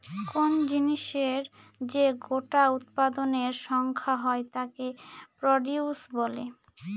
কোন জিনিসের যে গোটা উৎপাদনের সংখ্যা হয় তাকে প্রডিউস বলে